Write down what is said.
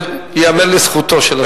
זה ייאמר לזכותו של השר.